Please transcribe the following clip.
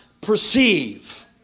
perceive